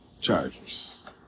Chargers